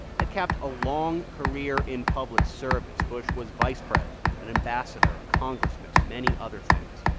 that capped a long career in public service. bush was vice president, an ambassador, a congressman, many other things.